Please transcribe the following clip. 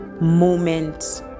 moment